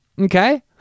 okay